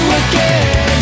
again